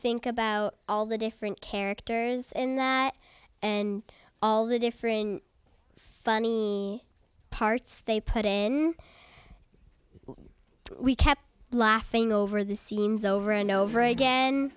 think about all the different characters in that and all the differing funny parts they put in we kept laughing over the scenes over and over again